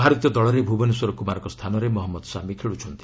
ଭାରତୀୟ ଦଳରେ ଭୁବନେଶ୍ୱର କୁମାରଙ୍କ ସ୍ଥାନରେ ମହମ୍ମଦ ସାମି ଖେଳୁଛନ୍ତି